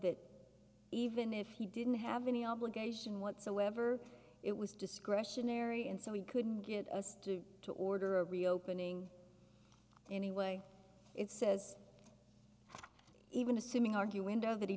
that even if he didn't have any obligation whatsoever it was discretionary and so he couldn't get us to to order a reopening anyway it says even assuming argue window that he